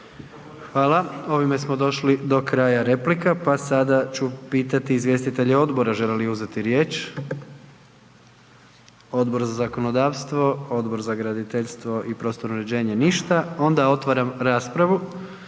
Hvala. Ovime smo došli do kraja replika, pa sada ću pitati izvjestitelje odbora žele li uzeti riječ? Odbor za zakonodavstvo, Odbor za graditeljstvo i prostorno uređenje ništa, onda otvaram raspravu.